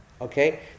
Okay